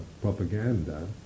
propaganda